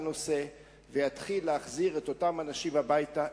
הנושא ויתחיל להחזיר את אותם אנשים הביתה.